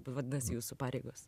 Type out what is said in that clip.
vadinasi jūsų pareigos